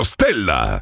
Stella